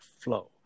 flow